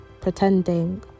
pretending